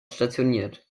stationiert